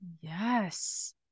Yes